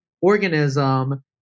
organism